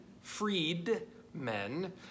freedmen